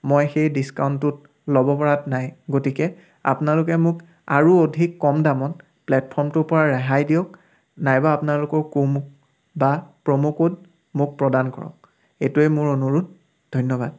মই সেই ডিছকাউণ্টটোত ল'ব পৰাত নাই গতিকে আপোনালোকে মোক আৰু অধিক কম দামত প্লেটফৰ্মটোৰ পৰা ৰেহাই দিয়ক নাইবা আপোনালোকৰ কম্বো প্ৰম'কড মোক প্ৰদান কৰক এইটোৱে মোৰ অনুৰোধ